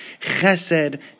chesed